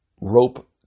rope